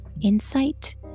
insight